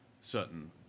certain